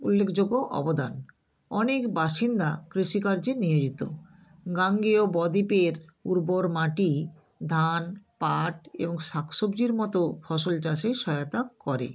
উল্লেখযোগ্য অবদান অনেক বাসিন্দা কৃষিকার্যে নিয়োজিত গাঙ্গেয় বদ্বীপের উর্বর মাটি ধান পাট এবং শাক সবজির মতো ফসল চাষে সহায়তা করে